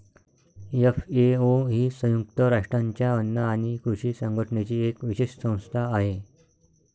FAO ही संयुक्त राष्ट्रांच्या अन्न आणि कृषी संघटनेची एक विशेष संस्था आहे